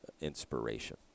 inspiration